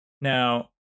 Now